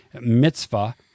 mitzvah